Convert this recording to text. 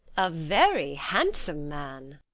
a very handsome man.